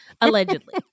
allegedly